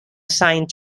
assigned